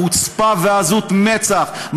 חוצפה ועזות מצח.